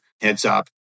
heads-up